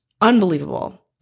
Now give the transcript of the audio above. Unbelievable